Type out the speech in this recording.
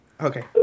Okay